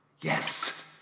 Yes